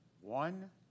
one